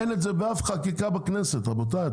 אין את זה באף חקיקה בכנסת רבותיי,